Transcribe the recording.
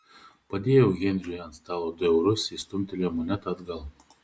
padėjau henriui ant stalo du eurus jis stumtelėjo monetą atgal